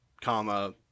comma